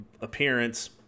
appearance